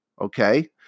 Okay